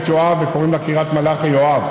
יואב וקוראים לה קריית מלאכי-יואב,